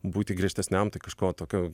būti griežtesniam tai kažko tokio